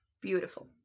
beautiful